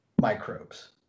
microbes